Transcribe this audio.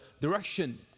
direction